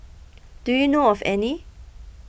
do you know of any